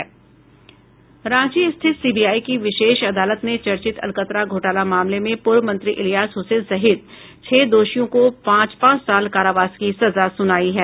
रांची स्थित सीबीआई की विशेष अदालत ने चर्चित अलकतरा घोटाला मामले में पूर्व मंत्री इलियास हुसैन सहित छह दोषियों को पांच पांच साल कारावास की सजा सुनायी है